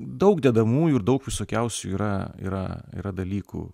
daug dedamųjų ir daug visokiausių yra yra yra dalykų